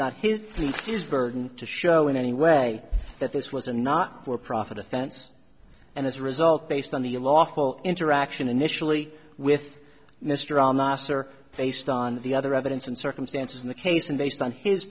that his plea is burden to show in any way that this was a not for profit offense and as a result based on the lawful interaction initially with mr thomas or based on the other evidence and circumstances in the case and based on his